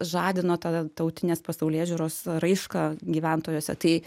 žadino tada tautinės pasaulėžiūros raišką gyventojuose tai